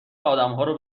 آدمهارو